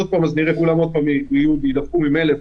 נראה שוב שכולם יידבקו ממילא,